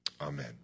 amen